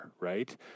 right